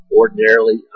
ordinarily